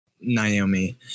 Naomi